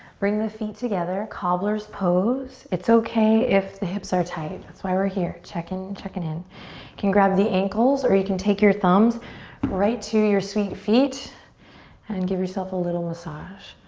bring the feet together, cobbler's pose. it's okay if the hips are tight, that's why we're here, checking checking in. you can grab the ankles or you can take your thumbs right to your sweet feet and give yourself a little massage.